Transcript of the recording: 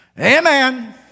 Amen